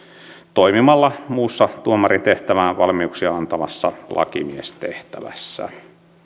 toimimalla muussa tuomarin tehtävään valmiuksia antavassa lakimiestehtävässä